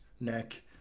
neck